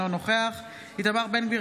אינו נוכח איתמר בן גביר,